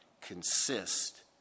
consist